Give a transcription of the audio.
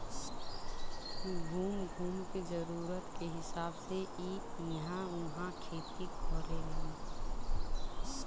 घूम घूम के जरूरत के हिसाब से इ इहां उहाँ खेती करेलन